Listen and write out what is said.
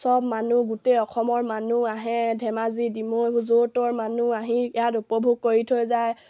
চব মানুহ গোটেই অসমৰ মানুহ আহে ধেমাজি ডিমৌ য'ৰ ত'ৰ মানুহ আহি ইয়াত উপভোগ কৰি থৈ যায়